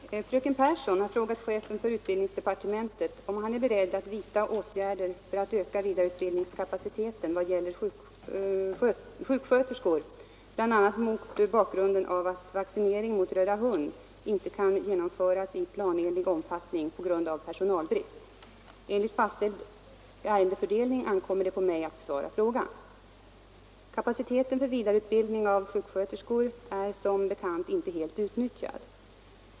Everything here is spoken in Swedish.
Herr talman! Fröken Pehrsson har frågat chefen för utbildningsdepartementet om han är beredd att vidta åtgärder för att öka vidareutbildningskapaciteten vad gäller sjuksköterskor bl.a. mot bakgrunden av att vaccineringen mot röda hund inte kan genomföras i planenlig omfattning på grund av personalbrist. Enligt fastställd ärendefördelning ankommer det på mig att besvara frågan. Kapaciteten för vidareutbildning av sjuksköterskor är som bekant inte helt utnyttjad.